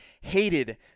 hated